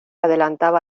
adelantaba